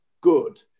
good